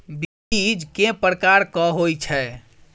बीज केँ प्रकार कऽ होइ छै?